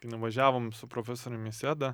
nuvažiavom su profesorium į sedą